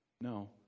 No